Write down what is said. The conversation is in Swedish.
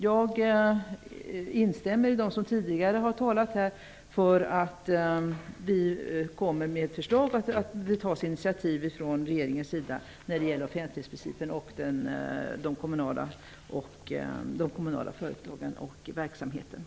Jag instämmer med dem som tidigare här har talat för att vi skall uttala att initiativ skall tas från regeringens sida när det gäller offentlighetsprincipens tillämpning i de kommunala företagen och verksamheterna.